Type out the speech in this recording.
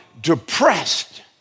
depressed